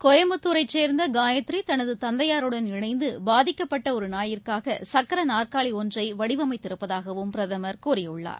கோயம்புத்தூரைசேர்ந்தகாயத்ரிதனதுதந்தையாருடன் இணைந்தபாதிக்கப்பட்டஒருநாயிற்காகசக்கரநாற்காலிஒன்றைவடிவமைத்திருப்பதாகவும் பிரதமர் கூறியுள்ளார்